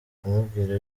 kumubwira